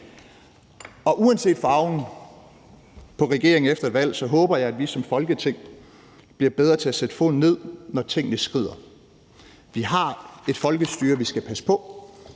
Uanset farven på regeringen efter et valg håber jeg, at vi som Folketing bliver bedre til at sætte foden ned, når tingene skrider. Vi har et folkestyre, vi skal passe på,